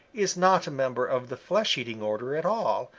is not a member of the flesh-eating order at all,